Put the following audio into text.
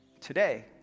Today